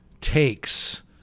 takes